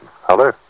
Hello